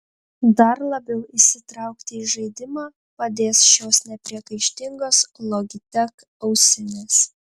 dar labiau įsitraukti į žaidimą padės šios nepriekaištingos logitech ausinės